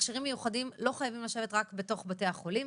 מכשירים מיוחדים לא חייבים לשבת רק בתוך בתי החולים,